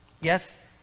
Yes